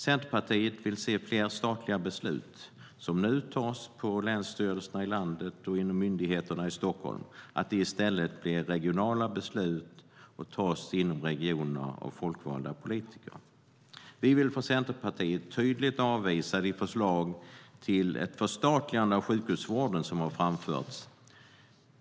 Centerpartiet vill se att fler statliga beslut som nu tas på länsstyrelserna i landet och i myndigheter i Stockholm blir regionala beslut och tas inom regionerna av folkvalda politiker. Vi vill från Centerpartiet tydligt avvisa de förslag till förstatligande av sjukhusvården som framförts.